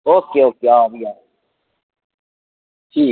okay okay आ भी आ ठीक